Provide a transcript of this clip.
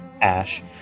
Ash